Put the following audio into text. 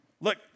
Look